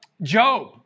Job